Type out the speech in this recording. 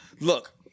Look